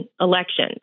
election